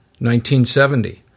1970